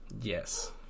Yes